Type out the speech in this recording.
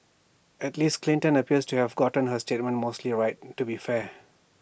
at least Clinton appears to have gotten her statements mostly right to be fair